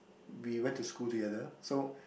we went to school together so